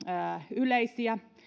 yleisiä